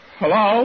hello